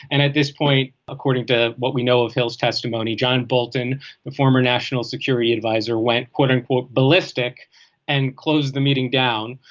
and at this point according to what we know of hill's testimony john bolton the former national security adviser went quote unquote ballistic and closed the meeting down.